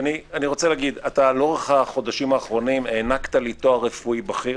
אתה לאורך החודשים האחרונים הענקת לי תואר רפואי בכיר